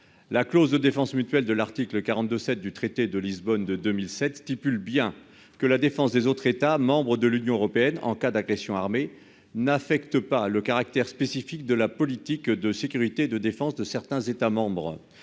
La clause de défense mutuelle de l'article 42 7 du traité de Lisbonne de 2007 stipule bien que la défense des autres États membres de l'Union européenne en cas d'agression armée n'affecte pas le caractère spécifique de la politique de sécurité de défense de certains États membres.